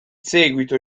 seguito